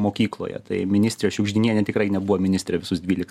mokykloje tai ministrė šiugždinienė tikrai nebuvo ministrė visus dvylika metų